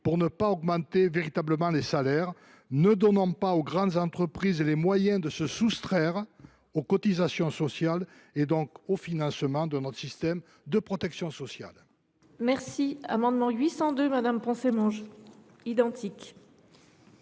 pour ne pas augmenter véritablement les salaires. Ne donnons pas aux grandes entreprises les moyens de se soustraire aux cotisations sociales et, dès lors, au financement de notre système de protection sociale.